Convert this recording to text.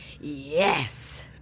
yes